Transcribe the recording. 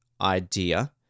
idea